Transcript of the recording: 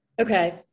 Okay